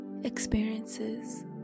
experiences